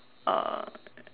uh